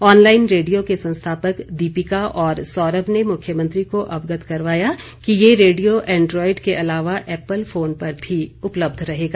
online radio के संस्थापक दीपिका और सौरभ ने मुख्यमंत्री को अवगत करवाया कि ये रेडियो एंड्रॉयड के अलावा एप्पल फोन पर भी उपलब्ध रहेगा